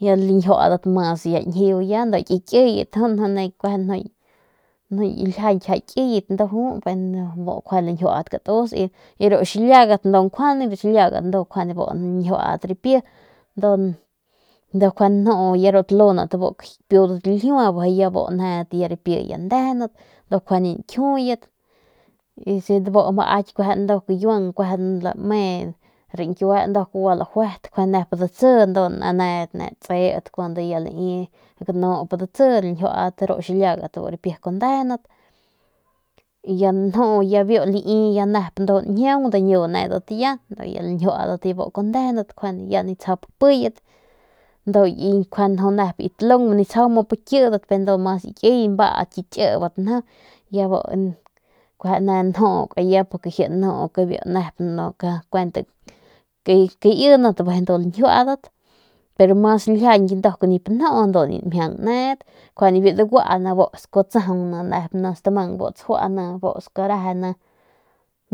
Mas kikiyet ru ki xiljiañ mjau ki kiyet ndu nkjuande lañjiualat katus ru xiliagat ndu kjuande bu nduanat ripi ndu ya nju ru talundat kapiudat ljiu bijiy ya bu nedat ya bu ndejenat kun ya nkjiuyet ru kiuang nduk lame rañkiue kjuande ru datsi bijiy lañjiuadat ru xiliagat bu kuaju ndejenat y ya nju ya biu lai nep ya njiaung diñu nedat ya lañjiuadat bu kuaju ndejenat y ya ip tsjau piyat laidat talung nduk kakijidat mas kiyat y mas kidat jut kueje ne njuk kuent kaindat bijiy lañjiuadat mas xiljiañ ndu mjau nedat biu daa ni bu kuaju tsajaug ni nep stamang sjua busk kuaju reje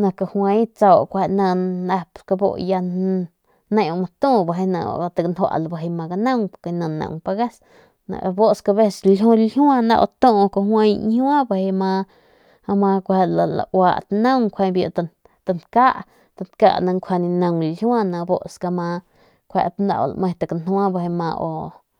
neplaui tsau nep sku bu neu ya matu bijiy ma naung pagas busk naung ljiua nau tuu ljiua bijiy ma lauat y staljung y iu nka ni njuande naung ljiua busk ma nau lame kanjua bijiy ma luat.